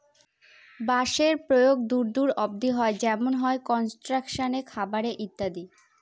বাঁশের প্রয়োগ দূর দূর অব্দি হয় যেমন হয় কনস্ট্রাকশনে, খাবারে ইত্যাদি